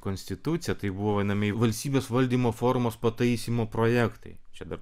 konstitucija tai buvo vadinami valstybės valdymo formos pataisymo projektai čia dar